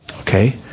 Okay